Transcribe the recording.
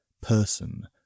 person